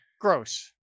gross